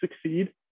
succeed